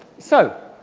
so.